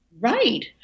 Right